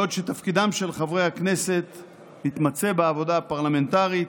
בעוד שתפקידם של חברי הכנסת מתמצה בעבודה הפרלמנטרית,